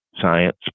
Science